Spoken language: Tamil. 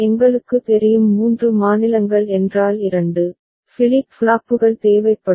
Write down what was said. எங்களுக்கு தெரியும் 3 மாநிலங்கள் என்றால் 2 ஃபிளிப் ஃப்ளாப்புகள் தேவைப்படும்